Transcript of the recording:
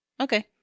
okay